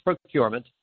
procurement